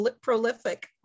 prolific